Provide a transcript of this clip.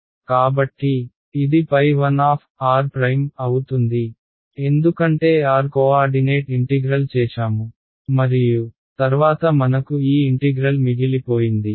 కాబట్టి ఇది 1r' అవుతుంది ఎందుకంటే r కోఆర్డినేట్ ఇంటిగ్రల్ చేశాము మరియు తర్వాత మనకు ఈ ఇంటిగ్రల్ మిగిలిపోయింది